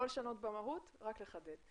לא לשנות במהות אלא רק לחדד.